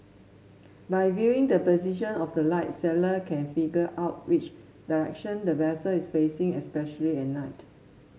by viewing the position of the light sailor can figure out which direction the vessel is facing especially at night